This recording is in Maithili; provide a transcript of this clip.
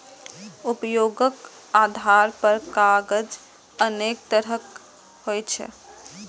उपयोगक आधार पर कागज अनेक तरहक होइ छै